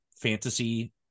fantasy